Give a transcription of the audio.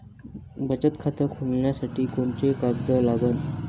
बचत खात खोलासाठी कोंते कागद लागन?